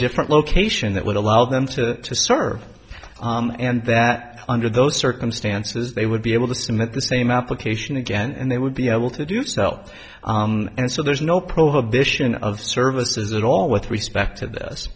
different location that would allow them to serve and that under those circumstances they would be able to submit the same application again and they would be able to do sell and so there's no prohibition of services at all with respect to th